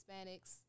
Hispanics